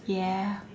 ya